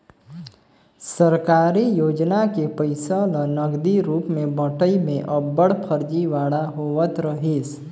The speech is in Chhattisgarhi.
सरकारी योजना के पइसा ल नगदी रूप में बंटई में अब्बड़ फरजीवाड़ा होवत रहिस